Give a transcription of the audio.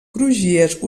crugies